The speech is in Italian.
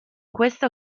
questo